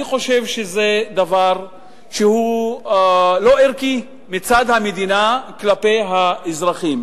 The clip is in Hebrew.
אני חושב שזה דבר שהוא לא ערכי מצד המדינה כלפי האזרחים,